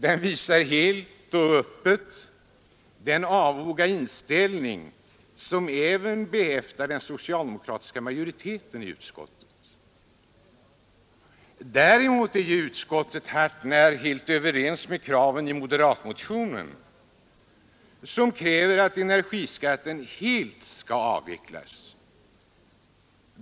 Den visar helt och öppet den avoga inställning som även den socialdemokratiska majoriteten i utskottet är behäftad med. Däremot är utskottet så gott som helt överens med de moderata motionärer som kräver att energiskatten helt skall avvecklas.